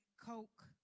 Coke